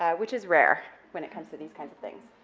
ah which is rare when it comes to these kinds of things.